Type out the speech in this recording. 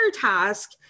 task